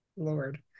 Lord